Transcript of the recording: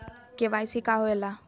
KYC का होवेला?